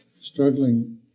struggling